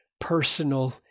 personal